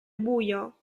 buio